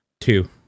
Two